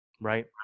right